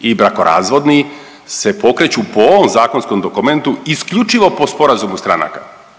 i brakorazvodni se pokreću po ovom zakonskom dokumentu isključivo po sporazumu stranaka,